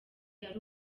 yari